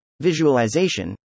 Visualization